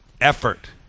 effort